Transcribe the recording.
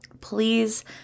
please